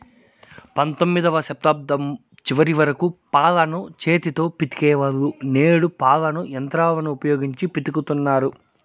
పంతొమ్మిదవ శతాబ్దం చివరి వరకు పాలను చేతితో పితికే వాళ్ళు, నేడు పాలను యంత్రాలను ఉపయోగించి పితుకుతన్నారు